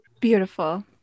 Beautiful